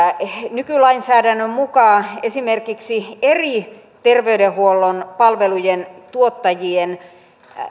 nykylainsäädännön mukaan esimerkiksi eri terveydenhuollon palvelujen tuottajien